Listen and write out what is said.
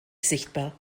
sichtbar